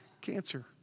cancer